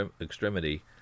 Extremity